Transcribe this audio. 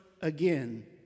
again